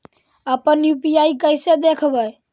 अपन यु.पी.आई कैसे देखबै?